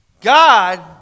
God